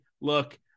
look